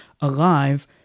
alive